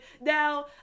Now